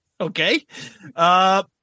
Okay